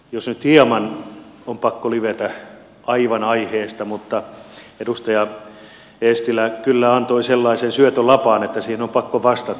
nyt hieman on pakko livetä aivan aiheesta mutta edustaja eestilä kyllä antoi sellaisen syötön lapaan että siihen on pakko vastata